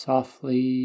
Softly